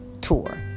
tour